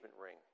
ring